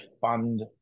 fund